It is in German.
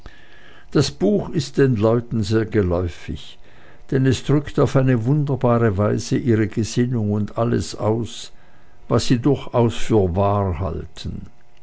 das buch ist den leuten sehr geläufig denn es drückt auf eine wunderbare weise ihre gesinnung und alles aus was sie durchaus für wahr halten